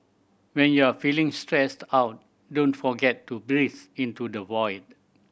when you are feeling stressed out don't forget to breathe into the void